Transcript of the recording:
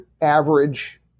average